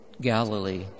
Galilee